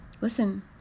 listen